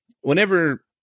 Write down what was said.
whenever